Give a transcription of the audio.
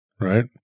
right